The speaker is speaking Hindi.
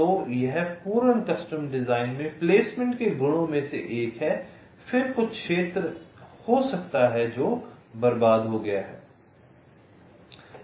तो यह पूर्ण कस्टम डिजाइन में प्लेसमेंट के गुणों में से एक है फिर कुछ क्षेत्र हो सकता है जो बर्बाद हो गया है